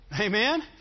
Amen